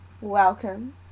welcome